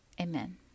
Amen